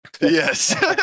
Yes